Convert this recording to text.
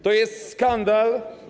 To jest skandal.